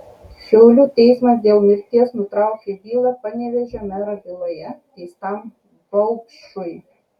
šiaulių teismas dėl mirties nutraukė bylą panevėžio mero byloje teistam vaupšui